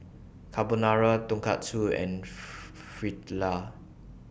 Carbonara Tonkatsu and Fritada